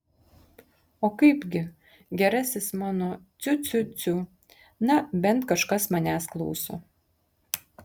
o kaipgi gerasis mano ciu ciu ciu na bent kažkas manęs klauso